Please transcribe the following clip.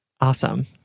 awesome